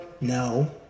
No